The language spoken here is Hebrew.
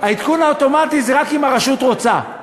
העדכון האוטומטי הוא רק אם הרשות רוצה.